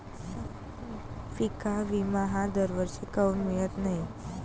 पिका विमा हा दरवर्षी काऊन मिळत न्हाई?